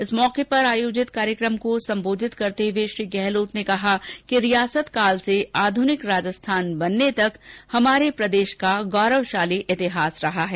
इस अवसर पर आयोजित कार्यक्रम को संबोधित करते हुए श्री गहलोत ने कहा कि रियासत काल से आधुनिक राजस्थान बनने तक का हमारे प्रदेश का गौरवशाली इतिहास रहा है